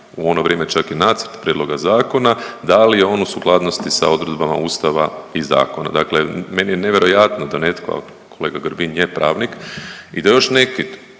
u ono vrijeme čak i nacrt prijedloga zakona da li je on u sukladnosti sa odredbama Ustava i zakona. Dakle, meni je nevjerojatno da netko, kolega Grbin je pravnik i da još neki